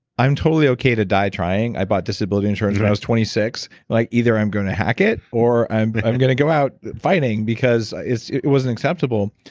i'm totally okay to die trying. i bought disability insurance when i was twenty six. like either i'm going to hack it or i'm i'm going to go out fighting because it it wasn't acceptable,